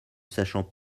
sachant